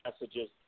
messages